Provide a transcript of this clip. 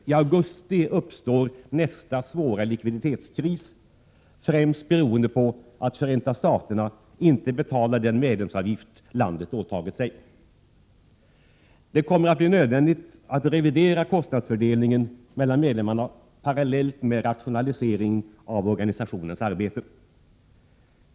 I augusti uppstår nästa svåra likviditetskris, främst beroende på att Förenta Staterna inte betalar den medlemsavgift som landet har åtagit sig. Det kommer att bli nödvändigt att revidera kostnadsfördelningen mellan medlemmarna parallellt med en rationalisering av organisationens arbete.